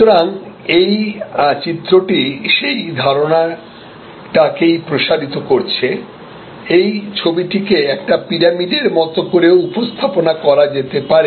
সুতরাং এই চিত্রটি সেই ধারণাটা কেই প্রসারিত করছে এই ছবিটিকে একটি পিরামিডের মতো করেও উপস্থাপন করা যেতে পারে